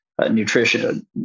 nutrition